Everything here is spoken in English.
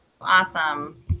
Awesome